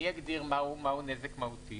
מי יגדיר מהו נזק מהותי?